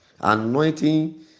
Anointing